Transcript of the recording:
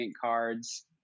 cards